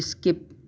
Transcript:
skip